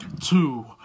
two